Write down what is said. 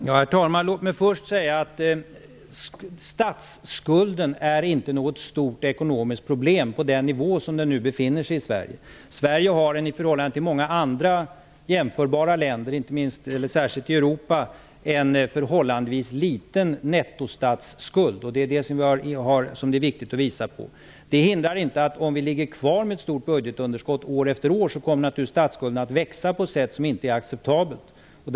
Herr talman! Låt mig först säga att statsskulden inte är något stort ekonomiskt problem på den nivå som den nu befinner sig. Sverige har i förhållande till många andra, jämförbara länder, särskilt i Europa, en förhållandevis liten nettostatsskuld. Det är viktigt att visa på detta. Det hindrar dock inte att statsskulden kommer att växa på ett oacceptabelt sätt om vi ligger kvar med ett stort budgetunderskott år efter år.